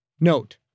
Note